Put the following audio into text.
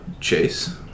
Chase